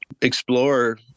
explore